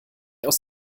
aus